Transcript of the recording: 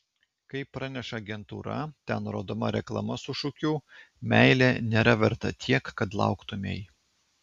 kaip praneša agentūra ten rodoma reklama su šūkiu meilė nėra verta tiek kad lauktumei